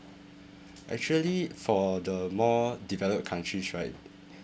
actually for the more developed countries right